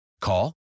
Call